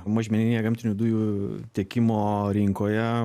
mažmeninėje gamtinių dujų tiekimo rinkoje